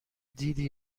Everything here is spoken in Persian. دیدی